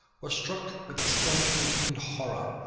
were struck with astonishment and horror.